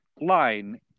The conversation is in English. line